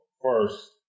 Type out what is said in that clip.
first